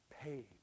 paid